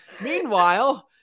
Meanwhile